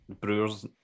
Brewers